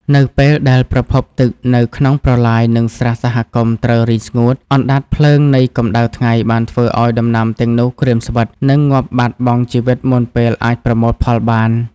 នៅពេលដែលប្រភពទឹកនៅក្នុងប្រឡាយ និងស្រះសហគមន៍ត្រូវរីងស្ងួត អណ្ដាតភ្លើងនៃកម្ដៅថ្ងៃបានធ្វើឱ្យដំណាំទាំងនោះក្រៀមស្វិត និងងាប់បាត់បង់ជីវិតមុនពេលអាចប្រមូលផលបាន។